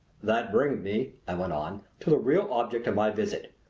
that brings me, i went on, to the real object of my visit.